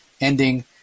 ending